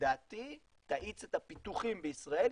לדעתי תאיץ את הפיתוחים בישראל,